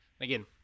Again